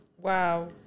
Wow